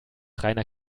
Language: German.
reiner